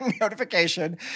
notification